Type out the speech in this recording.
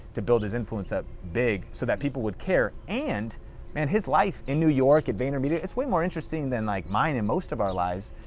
to build his influence up big so that would people would care. and and his life in new york, at vaynermedia is way more interesting than like mine and most of our lives,